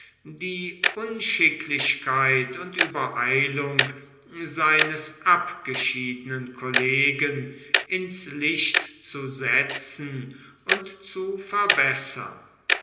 die unschicklichkeit und übereilung seines abgeschiedenen kollegen ins licht zu setzen und zu verbessern